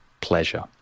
pleasure